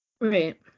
Right